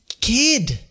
kid